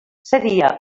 seria